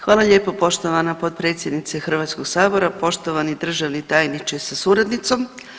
Hvala lijepa poštovana potpredsjednice Hrvatskog sabora, poštovani državni tajniče sa suradnicom.